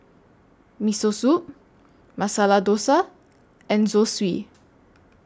Miso Soup Masala Dosa and Zosui